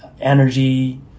energy